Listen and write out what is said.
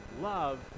Love